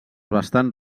bastant